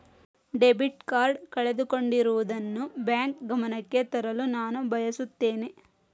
debit card ಕಳೆದುಕೊಂಡಿರುವುದನ್ನು bank ಗಮನಕ್ಕೆ ತರಲು ನಾನು ಬಯಸುತ್ತೇನೆ